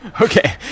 Okay